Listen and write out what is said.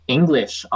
English